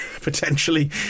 Potentially